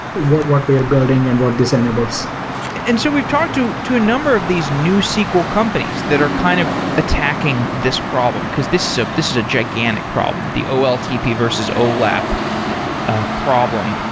what what we are building and what this enables and so we've talked to to a number of these newsql companies that are kind of attacking this problem, because this is ah this is a gigantic problem, the oltp versus olap ah problem.